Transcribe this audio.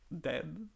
dead